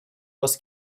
was